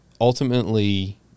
Ultimately